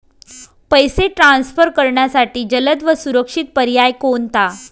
पैसे ट्रान्सफर करण्यासाठी जलद व सुरक्षित पर्याय कोणता?